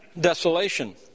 desolation